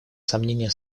сомнения